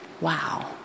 Wow